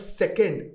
second